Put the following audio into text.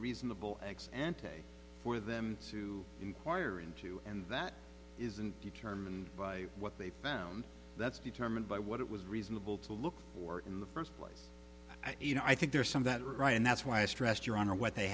reasonable acts and today for them to inquire into and that isn't determined by what they found that's determined by what it was reasonable to look for in the first place i e you know i think there are some that are right and that's why i stressed your honor what they